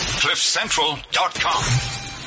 cliffcentral.com